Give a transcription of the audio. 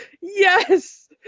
Yes